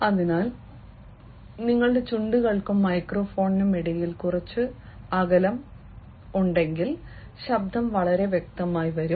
അതിനാൽ നിങ്ങളുടെ ചുണ്ടുകൾക്കും മൈക്രോഫോണിനുമിടയിൽ കുറച്ച് ഇടം ഉണ്ടെങ്കിൽ ശബ്ദങ്ങൾ വളരെ വ്യക്തമായി വരും